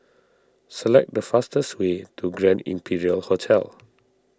select the fastest way to Grand Imperial Hotel